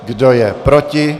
Kdo je proti?